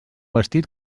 vestit